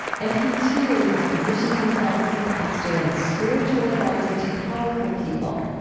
and he, too, has positioned himself as a pastor and spiritual advisor to powerful people.